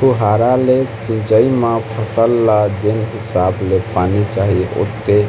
फुहारा ले सिंचई म फसल ल जेन हिसाब ले पानी चाही होथे